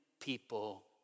people